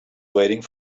waiting